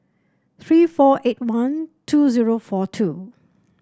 three four eight one two zero four two